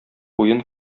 уен